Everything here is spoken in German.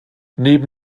neben